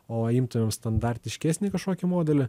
o imtumėm standartiškesnį kažkokį modelį